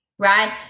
right